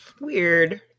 Weird